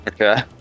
Okay